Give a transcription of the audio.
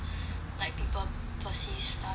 like people perceive stuff I guess